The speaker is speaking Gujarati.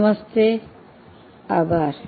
નમસ્તે આભાર